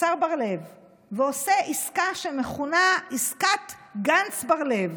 בר לב ועושה עסקה שמכונה עסקת גנץ-בר לב,